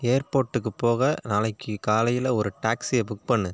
ஏர்போர்ட்டிற்கு போக நாளைக்கு காலையில் ஒரு டாக்ஸியை புக் பண்ணு